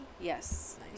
yes